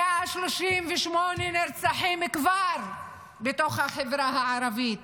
כבר 138 נרצחים בתוך החברה הערבית.